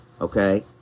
Okay